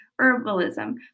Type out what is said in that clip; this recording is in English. Herbalism